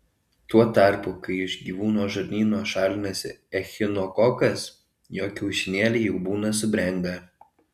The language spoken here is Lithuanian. tuo tarpu kai iš gyvūno žarnyno šalinasi echinokokas jo kiaušinėliai jau būna subrendę